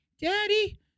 Daddy